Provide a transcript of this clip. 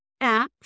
apps